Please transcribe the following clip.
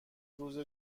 روز